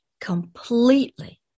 completely